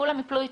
כולם ייפלו אתם.